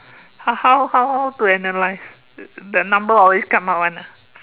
how how how to analyse the number always come out one ah